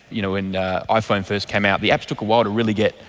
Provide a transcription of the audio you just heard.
you know, when iphone first came out the apps took a while to really get,